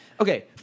okay